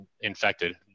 infected